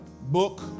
book